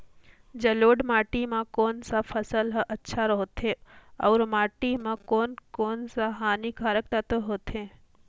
जलोढ़ माटी मां कोन सा फसल ह अच्छा होथे अउर माटी म कोन कोन स हानिकारक तत्व होथे?